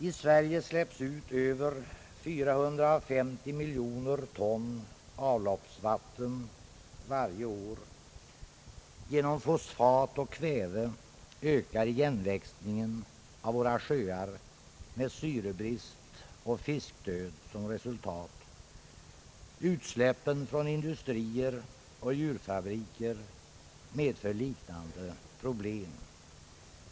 I Sverige släpps ut över 450 miljoner ton avloppsvatten varje år. Genom fosfat och kväve ökar igenväxningen av våra sjöar med syrebrist och fiskdöd som resultat. Utsläppen från industrier och djurfabriker medför liknande problem.